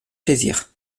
plaisir